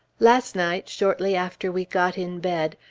last night, shortly after we got in bed,